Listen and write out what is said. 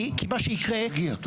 כי מה שיקרה --- תרגיע.